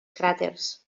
cràters